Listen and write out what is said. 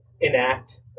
enact